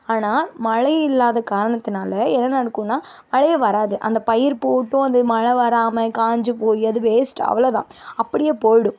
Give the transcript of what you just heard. ஆனால் மழை இல்லாத காரணத்தினால் என்ன நடக்கும்னா மழையே வராது அந்த பயிர் போட்டும் அது மழை வராமல் காய்ஞ்சி போய் அது வேஸ்ட் அவ்ளவுதான் அப்படியே போய்டும்